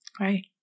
Right